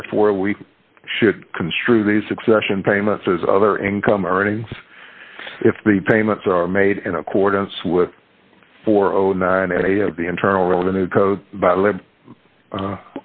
therefore we should construe these accession payments as other income earnings if the payments are made in accordance with four ohm and they have the internal revenue code